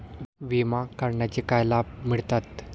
विमा काढण्याचे काय लाभ मिळतात?